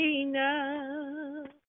enough